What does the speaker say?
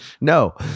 No